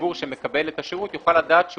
שהציבור שמקבל את השירות יוכל לדעת שהוא